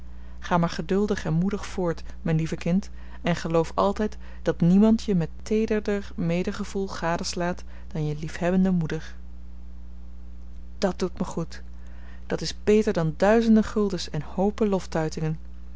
ga maar geduldig en moedig voort mijn lieve kind en geloof altijd dat niemand je met teederder medegevoel gadeslaat dan je liefhebbende moeder dat doet mij goed dat is beter dan duizenden guldens en hoopen